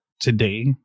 today